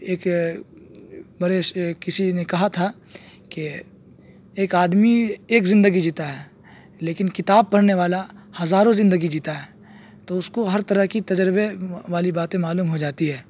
ایک بڑے کسی نے کہا تھا کہ ایک آدمی ایک زندگی جیتا ہے لیکن کتاب پڑھنے والا ہزاروں زندگی جیتا ہے تو اس کو ہر طرح کی تجربے والی باتیں معلوم ہو جاتی ہے